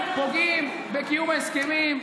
זה לא לנפנף, פוגעים בקיום ההסכמים.